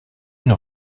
une